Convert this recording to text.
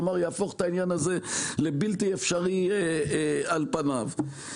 כלומר יהפוך את העניין הזה לבלתי אפשרי על פניו.